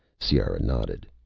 ciara nodded.